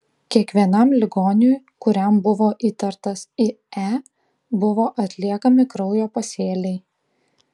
kiekvienam ligoniui kuriam buvo įtartas ie buvo atliekami kraujo pasėliai